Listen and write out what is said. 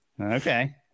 Okay